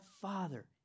Father